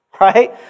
right